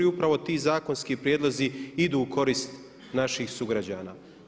Upravo ti zakonski prijedlozi idu u korist naših sugrađana.